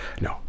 No